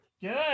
Good